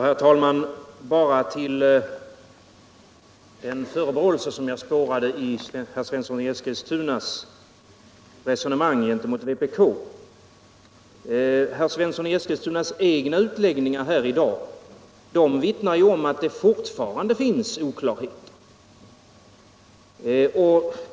Herr talman! Bara en kommentar till den förebråelse som jag spårade i herr Svenssons i Eskilstuna resonemang gentemot vpk. Herr Svenssons i Eskilstuna egna utläggningar i dag vittnar om att det fortfarande finns oklarheter.